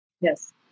Yes